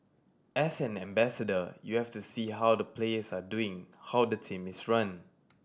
as an ambassador you have to see how the players are doing how the team is run